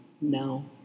No